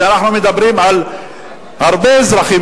ואנחנו מדברים על הרבה אזרחים,